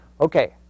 Okay